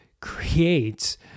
creates